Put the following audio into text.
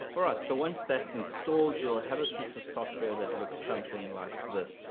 alright so once that's installed you'll have a piece of software that looks something like this.